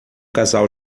casal